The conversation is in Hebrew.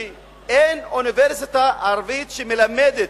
ואין אוניברסיטה ערבית שמלמדת,